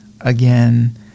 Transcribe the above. again